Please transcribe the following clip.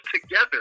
together